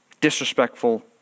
disrespectful